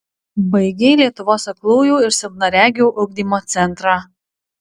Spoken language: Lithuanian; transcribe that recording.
baigei lietuvos aklųjų ir silpnaregių ugdymo centrą